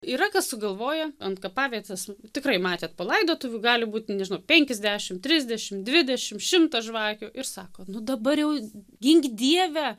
yra kas sugalvojo ant kapavietės tikrai matėt po laidotuvių gali būt nežinau penkiasdešimt trisdešimt dvidešimt šimtas žvakių ir sako nu dabar jau gink dieve